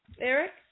eric